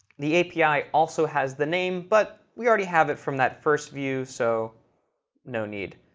the api also has the name, but we already have it from that first view, so no need.